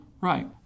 Right